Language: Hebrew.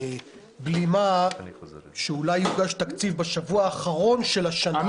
בלימה שאולי יוגש תקציב בשבוע האחרון של השנה,